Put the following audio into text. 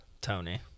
Tony